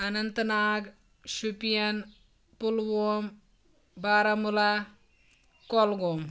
Anant Nag Shopian Pulwama Baramulla Kulgam